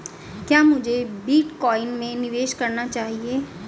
क्या मुझे बिटकॉइन में निवेश करना चाहिए?